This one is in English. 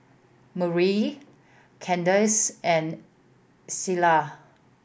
Murray Kandice and Selah